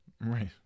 right